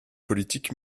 politique